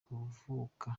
kuvuka